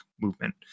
movement